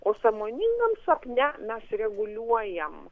o sąmoningam sapne mes reguliuojam